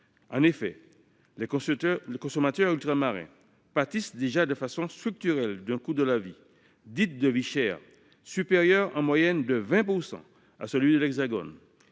En effet, les consommateurs ultramarins pâtissent déjà de façon structurelle d’un coût de la vie, dit de vie chère, supérieur en moyenne de 20 % à celui de l’Hexagone.